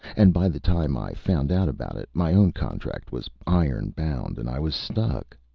and by the time i found out about it, my own contract was iron-bound, and i was stuck.